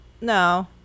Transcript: no